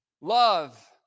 Love